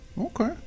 Okay